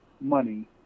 money